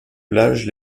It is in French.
plages